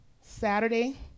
Saturday